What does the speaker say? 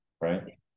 right